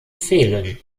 fehlen